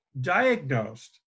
diagnosed